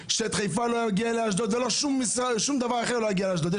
שחיפה לא יגיע לאשדוד ולא שום דבר אחר לא יגיע לאשדוד.